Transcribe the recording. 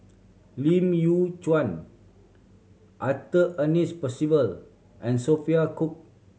Lim Yew Arthur Ernest Percival and Sophia Cooke